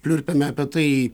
pliurpėme apie tai